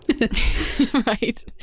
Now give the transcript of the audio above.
right